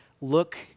look